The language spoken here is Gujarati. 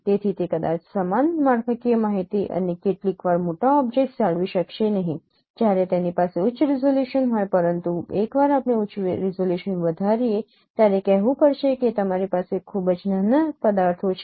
તેથી તે કદાચ સમાન માળખાકીય માહિતી અને કેટલીકવાર મોટા ઓબ્જેક્ટસ જાળવી શકશે નહીં જ્યારે તેની પાસે ઉચ્ચ રીઝોલ્યુશન હોય પરંતુ એકવાર આપણે ઉચ્ચ રીઝોલ્યુશન વધારીએ ત્યારે કહેવું પડશે કે તમારી પાસે ખૂબ જ નાના પદાર્થો છે